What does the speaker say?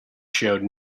showed